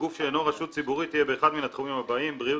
ובגוף שאינו רשות ציבורית יהיה באחד מן התחומים הבאים: בריאות,